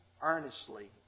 earnestly